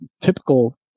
typical